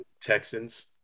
Texans